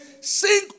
Sing